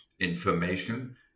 information